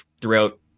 throughout